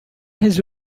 his